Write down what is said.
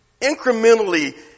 incrementally